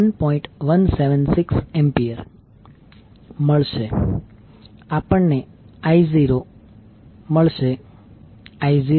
176A મળશે આપણને I0 I0I0I0 5j3